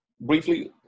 briefly